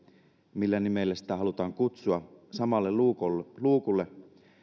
millä nimellä sitä halutaan kutsua samalle luukulle luukulle